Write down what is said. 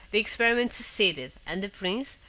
the experiment succeeded, and the prince,